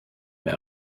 mehr